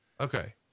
Okay